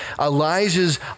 Elijah's